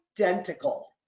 identical